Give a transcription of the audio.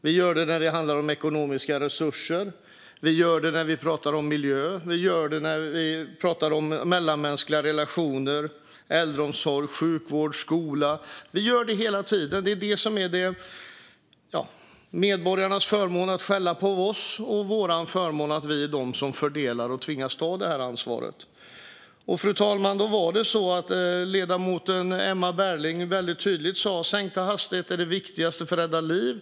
Vi gör det när det handlar om ekonomiska resurser, vi gör det när vi pratar om miljö och vi gör det när vi pratar om mellanmänskliga relationer, äldreomsorg, sjukvård och skola. Vi gör det hela tiden. Det är medborgarnas förmån att skälla på oss och vår förmån att vi är de som fördelar och tvingas ta detta ansvar. Fru talman! Ledamoten Emma Berginger sa väldigt tydligt att sänkta hastigheter är det viktigaste för att rädda liv.